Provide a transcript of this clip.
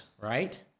right